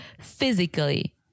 physically